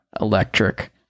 electric